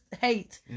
hate